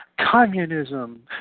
communism